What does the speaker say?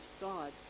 God